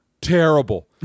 terrible